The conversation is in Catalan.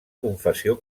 confessió